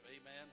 Amen